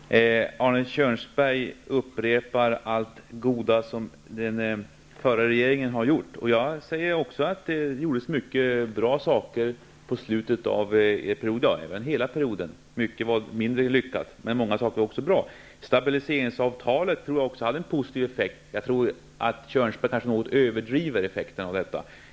Fru talman! Arne Kjörnsberg upprepar allt det goda som den förra regeringen har gjort. Jag säger också att det gjordes mycket bra saker under slutet av er regeringsperiod -- ja, under hela perioden. Mycket var mindre lyckat, men många saker var bra. Jag tror också att stabiliseringsavtalet hade en positiv effekt. Men jag tror att Kjörnsberg något överdriver effekten av det.